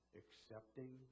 accepting